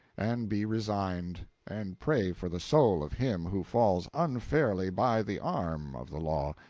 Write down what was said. and be resigned, and pray for the soul of him who falls unfairly by the arm of the law,